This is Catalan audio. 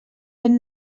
vent